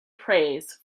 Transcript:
prays